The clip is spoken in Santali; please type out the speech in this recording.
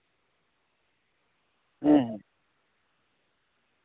ᱦᱮᱸ ᱦᱮᱸ